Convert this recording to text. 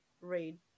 read